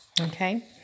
Okay